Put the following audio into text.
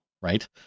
right